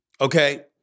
Okay